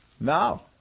No